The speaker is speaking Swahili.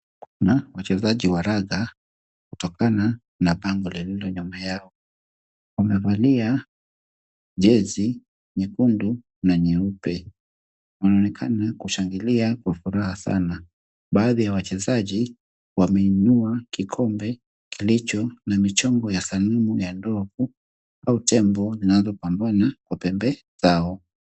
Kuna wachezaji wa raga kutokana na pango lililo nyuma yao. Wamevalia jezi nyekundu na nyeupe. Wanaonekana kushangilia kwa furaha sana. Baadhi ya wachezaji wameinua kikombe kilicho na michongo ya sanamu ya ndovu au tembo zinazopambana kwa pembe zao.